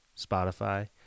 Spotify